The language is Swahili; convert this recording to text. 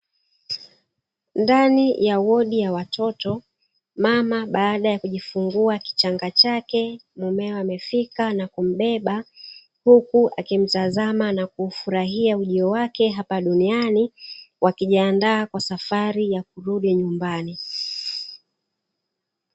Ndani ya wodi ya watoto, mama baada ya kujifunguwa kichanga chake, mumewe amefika na kumbeba huku akimtazama na kuufurahia ujio wake hapa duniani. Wakijianda kwa safari ya kurudi nyumbani.